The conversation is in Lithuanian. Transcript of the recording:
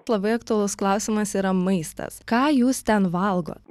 labai aktualus klausimas yra maistas ką jūs ten valgot